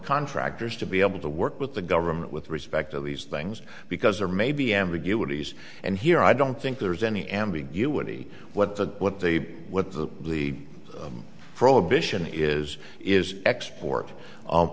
contractors to be able to work with the government with respect to these things because there may be ambiguities and here i don't think there's any ambiguity what the what they what the the prohibition is is export